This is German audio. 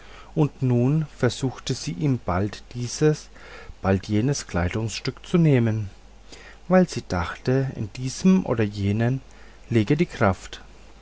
und nun versuchte sie ihm bald dieses bald jenes kleidungsstück zu nehmen weil sie dachte in diesem oder jenem läge die kraft